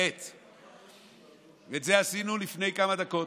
את זה עשינו לפני כמה דקות.